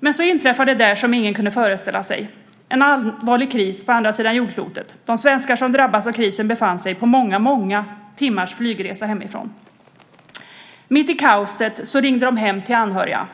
Men så inträffar det där som ingen kunde föreställa sig, en allvarlig kris på andra sidan jordklotet. De svenskar som drabbats av krisen befann sig på många, många timmars flygresa hemifrån. Mitt i kaoset ringde de hem till anhöriga.